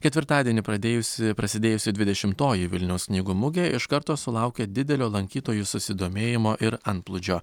ketvirtadienį pradėjusi prasidėjusi dvidešimtoji vilniaus knygų mugė iš karto sulaukė didelio lankytojų susidomėjimo ir antplūdžio